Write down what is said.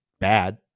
bad